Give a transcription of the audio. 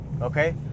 okay